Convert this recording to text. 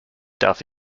darf